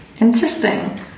Interesting